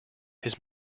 his